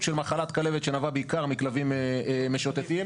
של מחלת כלבת שנבעה בעיקר מכלבים ותנים משוטטים,